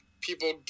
people